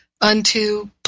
unto